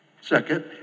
Second